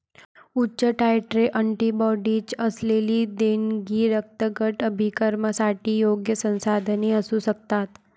उच्च titre antibodies असलेली देणगी रक्तगट अभिकर्मकांसाठी योग्य संसाधने असू शकतात